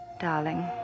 Darling